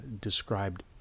described